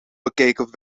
bekijken